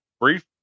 brief